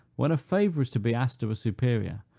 when a favor is to be asked of a superior,